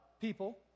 people